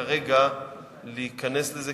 כרגע להיכנס לזה,